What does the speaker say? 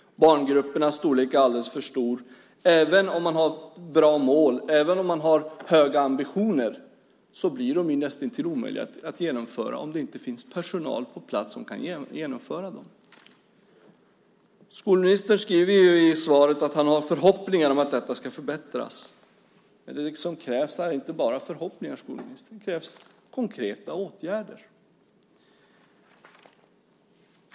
Barngrupperna är alldeles för stora. Även om man har bra mål och höga ambitioner blir det näst intill omöjligt att genomföra dem om man inte har personal på plats. Skolministern skriver i svaret att han har förhoppningar om att detta ska förbättras. Det krävs inte bara förhoppningar, skolministern, det krävs konkreta åtgärder.